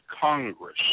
Congress